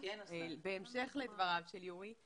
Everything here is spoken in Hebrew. בהמשך לדבריו של יורי,